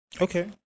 Okay